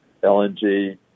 LNG